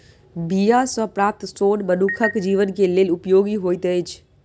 बीया सॅ प्राप्त सोन मनुखक जीवन के लेल उपयोगी होइत अछि